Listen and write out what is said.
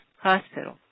Hospital